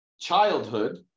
childhood